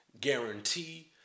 guarantee